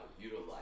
utilize